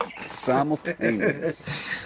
Simultaneous